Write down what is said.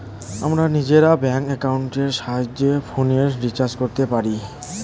আমরা নিজেরা ব্যাঙ্ক অ্যাকাউন্টের সাহায্যে ফোনের রিচার্জ করতে পারি